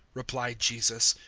replied jesus.